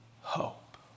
hope